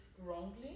wrongly